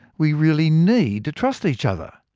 we really need to trust each other.